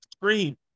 scream